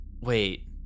Wait